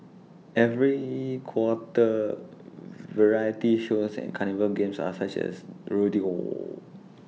every quarter variety shows and carnival games are such as rodeo